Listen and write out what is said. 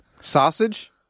sausage